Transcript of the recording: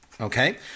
Okay